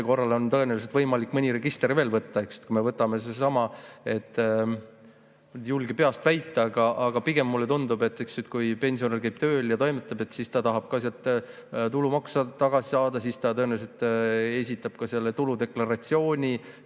korral on tõenäoliselt võimalik mõni register veel võtta. Kui me võtame [näiteks] selle, ei julge peast väita, aga pigem mulle tundub, et kui pensionär käib tööl ja toimetab, siis ta tahab ka tulumaksu sealt tagasi saada, ta tõenäoliselt esitab tuludeklaratsiooni,